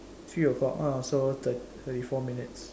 three o'clock ah so the thr~ thirty four minutes